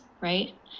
Right